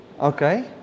Okay